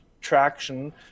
traction